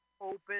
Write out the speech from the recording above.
open